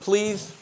Please